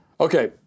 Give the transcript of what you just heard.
Okay